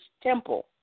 temple